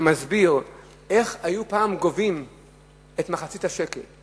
שמסביר איך היו פעם גובים את מחצית השקל.